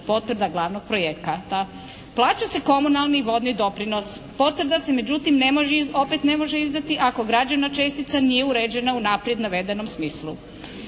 potreba glavnog projekta. Plaća se komunalni i vodni doprinos. Potvrda se međutim ne može, opet ne može izdati ako građevna čestica nije uređena u unaprijed navedenom smislu.